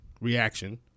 reaction